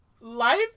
Life